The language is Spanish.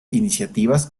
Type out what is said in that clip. iniciativas